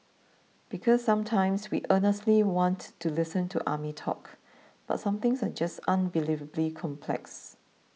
because sometimes we earnestly want to listen to army talk but some things are just unbelievably complex